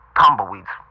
tumbleweeds